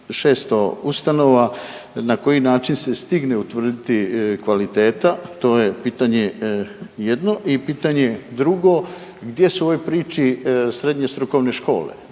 600 ustanova na koji način se stigne utvrditi kvaliteta? To je pitanje jedno. I pitanje drugo, gdje su u ovoj priči srednje strukovne škole?